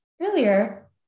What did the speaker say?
earlier